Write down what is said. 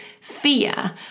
fear